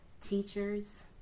teachers